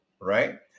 right